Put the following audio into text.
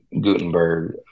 Gutenberg